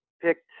picked